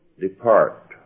depart